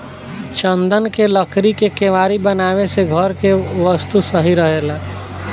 चन्दन के लकड़ी के केवाड़ी बनावे से घर के वस्तु सही रहेला